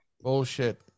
Bullshit